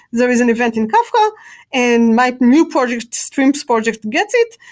there is an event in kafka and my new project, streams project gets it,